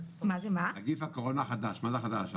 נגיף הקורונה החדש, מה זה החדש?